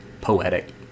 poetic